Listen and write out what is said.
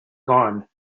gone